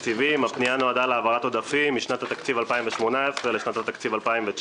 נועדה להעברת עודפים משנת התקציב 2018 לשנת התקציב 2019,